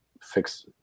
fix –